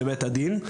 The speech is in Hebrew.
לבית הדין,